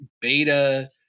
beta